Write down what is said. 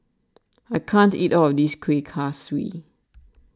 I can't eat all of this Kueh Kaswi